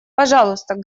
пожалуйста